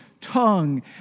tongue